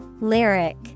Lyric